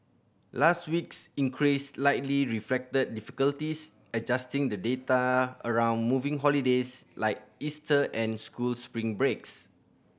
last week's increase likely reflected difficulties adjusting the data around moving holidays like Easter and school spring breaks